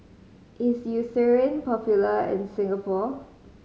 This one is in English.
is Eucerin popular in Singapore